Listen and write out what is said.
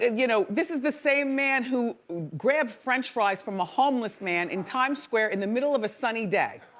and you know, this is the same man who grabbed french fries from a homeless man in times square in the middle of a sunny day.